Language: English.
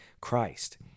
Christ